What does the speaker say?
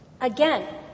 Again